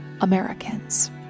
Americans